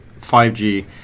5G